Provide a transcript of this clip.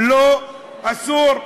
לא, אסור,